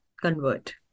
convert